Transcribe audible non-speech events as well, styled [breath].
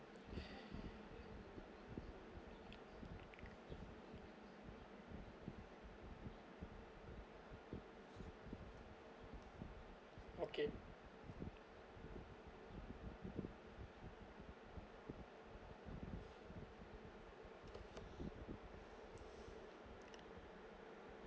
[breath] okay